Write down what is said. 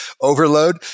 overload